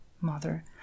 Mother